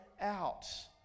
out